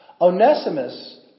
Onesimus